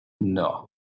No